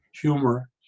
humor